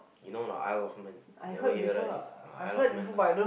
you know not aisle of men never hear right uh aisle of men lah